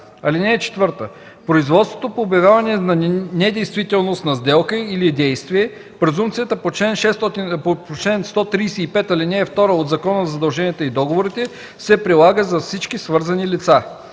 (4) В производството по обявяване на недействителност на сделка или действие, презумпцията по чл. 135, ал. 2 от Закона за задълженията и договорите се прилага за всички свързани лица.